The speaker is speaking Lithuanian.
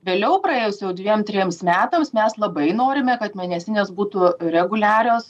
vėliau praėjus jau dviem trims metams mes labai norime kad mėnesinės būtų reguliarios